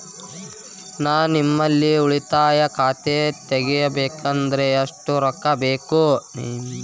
ನಾ ನಿಮ್ಮಲ್ಲಿ ಉಳಿತಾಯ ಖಾತೆ ತೆಗಿಬೇಕಂದ್ರ ಎಷ್ಟು ರೊಕ್ಕ ಬೇಕು?